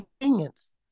convenience